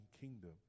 kingdom